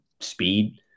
speed